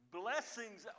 blessings